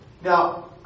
Now